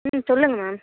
ம் சொல்லுங்கள் மேம்